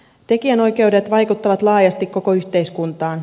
tekijänoikeudet vaikuttavat laajasti koko yhteiskuntaan